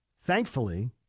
Thankfully